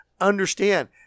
Understand